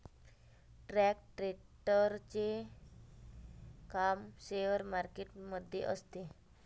stock ट्रेडरचे काम share market मध्ये असते